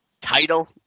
Title